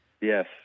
Yes